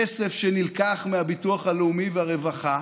כסף שנלקח מהביטוח הלאומי והרווחה,